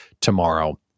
tomorrow